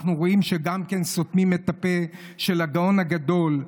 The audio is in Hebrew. אנחנו רואים שגם סותמים את הפה של הגאון הגדול,